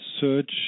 search